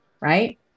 right